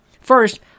First